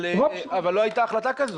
אבל לא הייתה החלטה כזו.